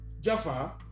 Jaffa